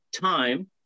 time